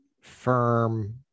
firm